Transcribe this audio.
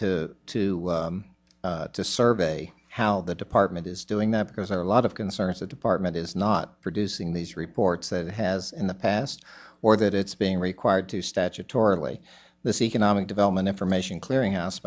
to to survey how the department is doing that because there are a lot of concerns the department is not producing these reports that has in the past or that it's being required to statutorily this economic development information clearing house